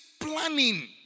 planning